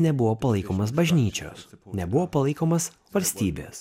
nebuvo palaikomas bažnyčios nebuvo palaikomas valstybės